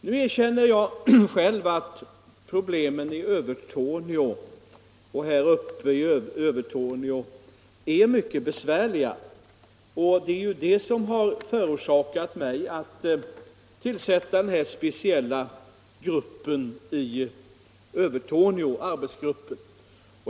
Nu erkänner jag själv att problemen i Övertorneå är mycket besvärliga, och det är det som har föranlett mig att tillsätta den speciella arbetsgruppen i Övertorneå.